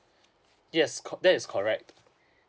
yes call that is correct